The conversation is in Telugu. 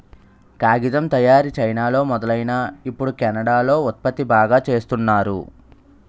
కాగితం తయారీ చైనాలో మొదలైనా ఇప్పుడు కెనడా లో ఉత్పత్తి బాగా చేస్తున్నారు